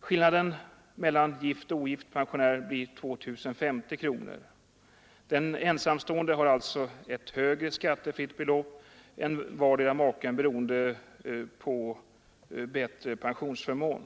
Skillnaden mellan gift och ogift pensionär blir 2 050 kronor. Den ensamstående har alltså ett högre skattefritt belopp än vardera maken på grund av bättre pensionsförmån.